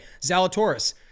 Zalatoris